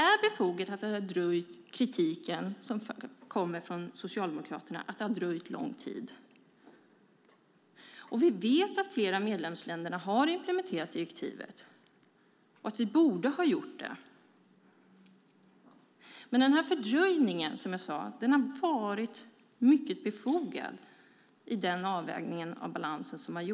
Med tanke på den kritik som kommer från Socialdemokraterna är det befogat att förslaget har dröjt. Vi vet att flera medlemsländer har implementerat direktivet och att vi borde ha gjort det. Men fördröjningen har varit befogad i den avvägning som har gjorts av balansen.